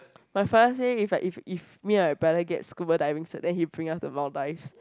my father say if I if if me and my brother get scuba diving cert then he bring us to Maldives